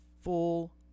full